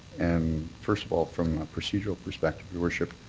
and, first of all, from a procedural perspective, your worship,